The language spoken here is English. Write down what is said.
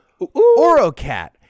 Orocat